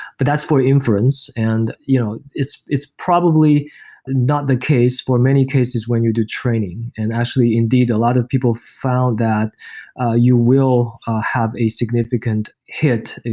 but that's for inference. and you know it's it's probably not the case for many cases when you do training. and actually, indeed, a lot of people found that ah you will have a significant hit,